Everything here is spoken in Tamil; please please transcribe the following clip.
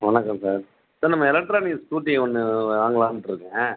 வணக்கம் சார் சார் நம்ம எலக்ட்ரானிக் ஸ்கூட்டி ஒன்று வாங்கலாம்ட்டு இருக்கேன்